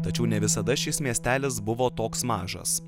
tačiau ne visada šis miestelis buvo toks mažas